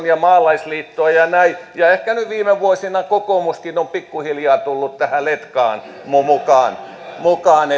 ja maalaisliittoa ja näin ja ehkä nyt viime vuosina kokoomuskin on pikkuhiljaa tullut tähän letkaan mukaan mukaan